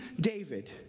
David